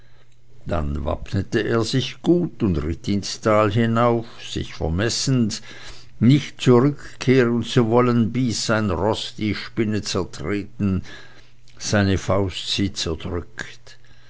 dann wappnete er sich gut und ritt ins tal hinauf sich vermessend nicht zurückkehren zu wollen bis sein roß die spinne zertreten seine faust sie zerdrückt